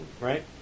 right